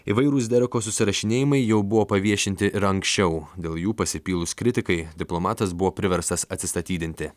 įvairūs deroko susirašinėjimai jau buvo paviešinti ir anksčiau dėl jų pasipylus kritikai diplomatas buvo priverstas atsistatydinti